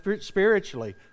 spiritually